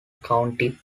county